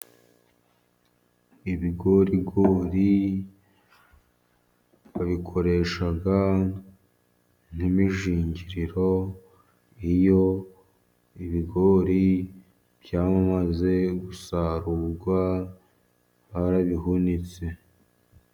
Ibigorigori babikoresha nk'imishingiriro, iyo ibigori byamaze gusarurwa, barabihunitse.